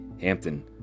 Hampton